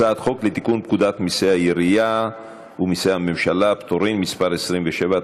הצעת חוק לתיקון פקודת מסי העירייה ומסי הממשלה (פטורין) (מס' 27),